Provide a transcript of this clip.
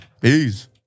Peace